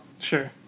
Sure